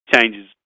changes